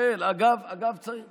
אגב, שכר לימוד אוניברסיטאי.